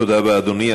תודה רבה, אדוני.